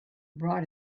brought